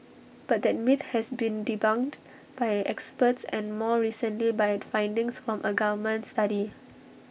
but that myth has been debunked by experts and more recently by findings from A government study